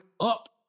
up